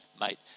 mate